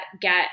get